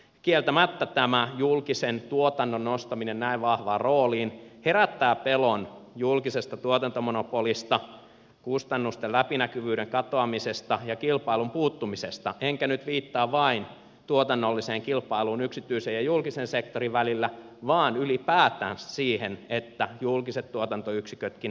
kieltämättä tämä julkisen tuotannon nostaminen näin vahvaan rooliin herättää pelon julkisesta tuotantomonopolista kustannusten läpinäkyvyyden katoamisesta ja kilpailun puuttumisesta enkä nyt viittaa vain tuotannolliseen kilpailuun yksityisen ja julkisen sektorin välillä vaan ylipäätään siihen että julkiset tuotantoyksikötkin kilpailisivat keskenään